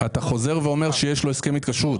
אתה חוזר ואומר שיש לו הסכם התקשרות.